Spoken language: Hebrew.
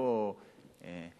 לא מחליפים לו.